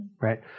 Right